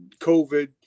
COVID